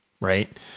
right